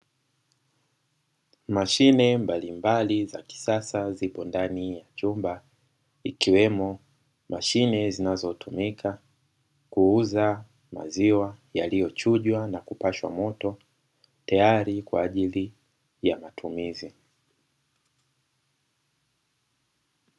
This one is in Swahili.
Mashine mbalimbali za kisasa zipo ndani ya chumba ikiwemo mashine zinazotumika kuuza maziwa yaliyochujwa na kupashwa moto tayari kwa ajili ya matumizi.